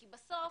כי בסוף